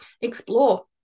explore